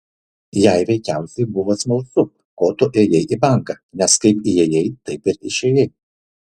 jai veikiausiai buvo smalsu ko tu ėjai į banką nes kaip įėjai taip ir išėjai